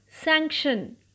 sanction